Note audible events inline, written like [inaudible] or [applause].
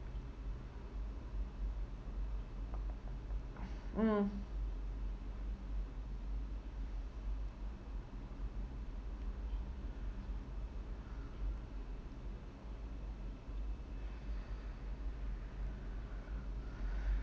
mm [breath]